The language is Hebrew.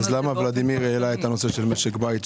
אז למה ולדימיר העלה את הנושא של משק בית?